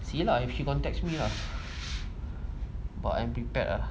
see lah if she contacts me lah but I'm prepared ah